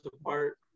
apart